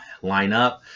lineup